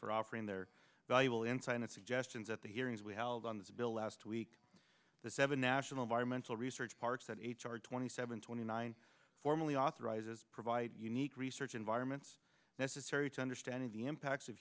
for offering their valuable insight and suggestions at the hearings we held on this bill last week the seven national environmental research parks that h r twenty seven twenty nine formally authorizes provide unique research environments necessary to understanding the impacts of